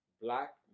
Black